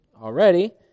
already